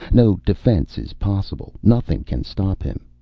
no defense is possible. nothing can stop him.